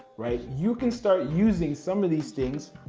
right? you can start using some of these things